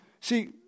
see